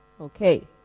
Okay